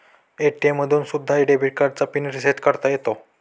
ATM मधून सुद्धा debit कार्डचा पिन रिसेट करता येतो